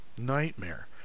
nightmare